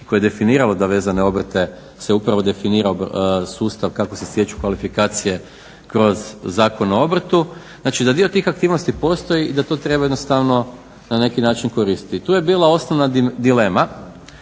koje je definiralo da vezane obrte se upravo definira sustav kako se stječu kvalifikacije kroz Zakon o obrtu. Znači, da dio tih aktivnosti postoji i da to treba jednostavno na neki način koristiti. I tu je bila osnovna dilema,